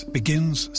begins